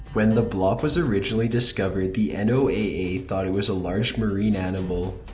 when the bloop was originally discovered the noaa thought it was a large marine animal,